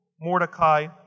Mordecai